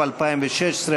התשע"ו 2016,